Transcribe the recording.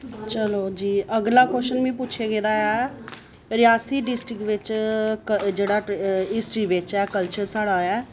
चलो जी अगला क्वश्चन मिगी पुच्छेआ गेदा ऐ रियासी डिस्ट्रिक्ट बिच्च जेह्ड़ा हिस्ट्री बिच्च ऐ कल्चर साढ़ा ऐ